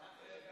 התקבלה בקריאה